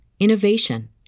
innovation